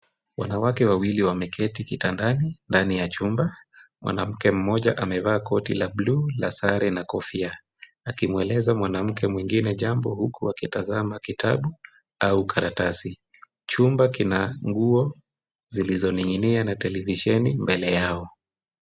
Wanawake wawili wameketi kitandani ndani ya chumba, mwanamke mmoja amevaa koti la bluu la sare na kofia akimweleza mwanamke mwingine jambo huku akitazama kitabu au karatasi. Chumba kina nguo zilizoning'inia na televisheni mbele yao.